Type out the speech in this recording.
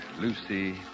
Lucy